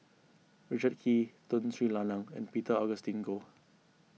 Richard Kee Tun Sri Lanang and Peter Augustine Goh